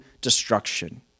destruction